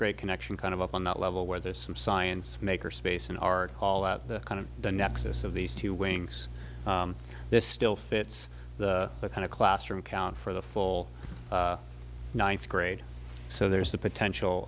great connection kind of up on that level where there's some science maker space in art all that kind of the nexus of these two wings this still fits that kind of classroom count for the full ninth grade so there's the potential